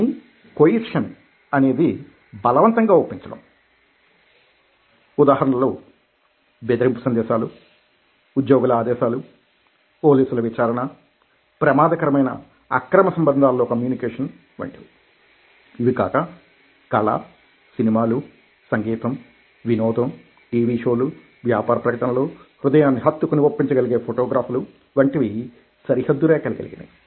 కానీ కొయిర్షన్అనేది బలవంతంగా ఒప్పించడం ఉదాహరణలు బెదిరింపు సందేశాలు ఉద్యోగుల ఆదేశాలు పోలీసుల విచారణ ప్రమాదకరమైన అక్రమ సంబంధాలలో కమ్యూనికేషన్ వంటివి ఇవి కాక కళ సినిమాలు సంగీతం వినోదం టీవీ షోలు వ్యాపార ప్రకటనలు హృదయాన్ని హత్తుకుని ఒప్పించగలిగే ఫోటోగ్రాఫ్ లు వంటివి సరిహద్దు రేఖలు కలిగినవి